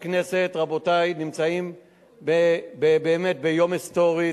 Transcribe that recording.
לכנסת, רבותי, אנו נמצאים ביום היסטורי.